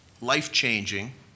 life-changing